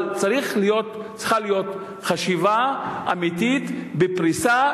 אבל צריכה להיות חשיבה אמיתית בפריסה,